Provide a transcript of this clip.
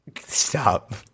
Stop